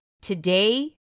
Today